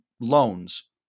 loans